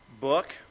book